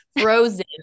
frozen